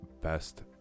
best